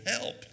help